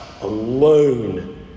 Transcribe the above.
alone